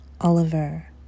Oliver